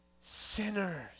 sinners